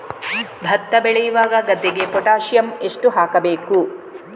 ಭತ್ತ ಬೆಳೆಯುವ ಗದ್ದೆಗೆ ಪೊಟ್ಯಾಸಿಯಂ ಎಷ್ಟು ಹಾಕಬೇಕು?